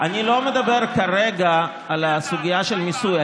אני לא מדבר כרגע על הסוגיה של המיסוי,